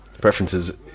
preferences